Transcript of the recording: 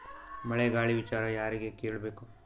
ಮಳೆ ಗಾಳಿ ವಿಚಾರ ಯಾರಿಗೆ ಕೇಳ್ ಬೇಕು?